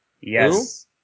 Yes